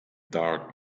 dark